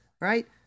right